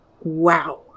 Wow